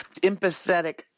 empathetic